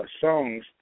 songs